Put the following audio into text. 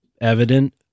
evident